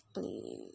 please